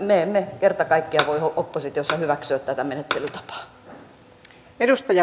me emme kerta kaikkiaan voi oppositiossa hyväksyä tätä menettelytapaa